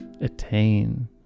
attain